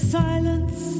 silence